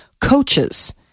coaches